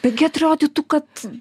taigi atrodytų kad